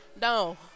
No